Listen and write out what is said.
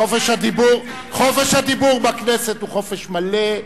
חופש הדיבור בכנסת הוא חופש מלא,